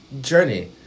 journey